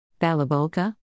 Balabolka